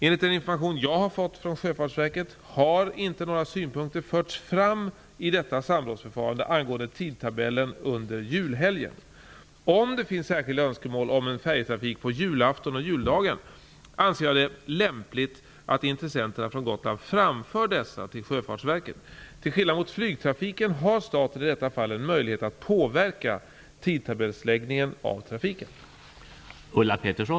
Enligt den information jag har fått från Sjöfartsverket har inte några synpunkter förts fram i detta samrådsförfarande angående tidtabellen under julhelgen. Om det finns särskilda önskemål om en färjetrafik på julafton och juldagen anser jag det lämpligt att intressenterna från Gotland framför dessa till Sjöfartsverket. Till skillnad mot flygtrafiken har staten i detta fall en möjlighet att påverka tidtabellsläggningen av trafiken.